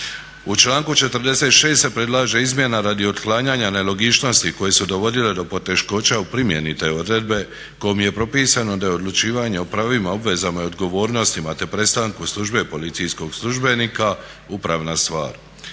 U članku 46. se predlaže izmjena radi otklanjanja nelogičnosti koje su dovodile do poteškoća u primjeni te odredbe kojom je propisano da je odlučivanje o pravima, obvezama i odgovornostima te prestanku službe policijskog službenika upravna stvar.